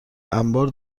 انبار